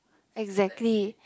exactly